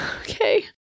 Okay